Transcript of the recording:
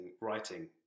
writing